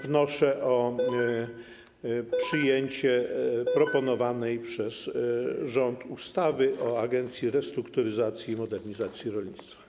Wnoszę o przyjęcie proponowanej przez rząd ustawy o zmianie ustawy o Agencji Restrukturyzacji i Modernizacji Rolnictwa.